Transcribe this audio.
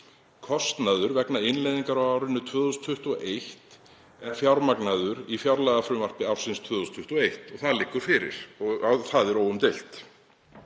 „Kostnaður vegna innleiðingar á árinu 2021 er fjármagnaður í fjárlagafrumvarpi ársins 2021.“ Það liggur fyrir og það er óumdeilt.